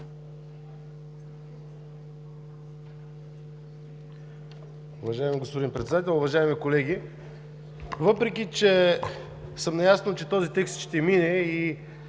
Уважаеми господин Председател, уважаеми колеги! Въпреки че съм наясно, че този текст ще мине и